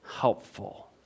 helpful